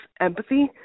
empathy